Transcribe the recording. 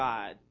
God